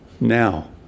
now